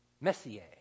Messier